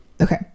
okay